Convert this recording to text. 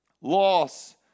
Loss